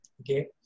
okay